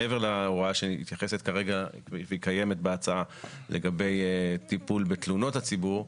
מעבר להוראה שמתייחסת לכך כרגע וקיימת בהצעה לגבי טיפול בתלונות הציבור.